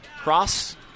Cross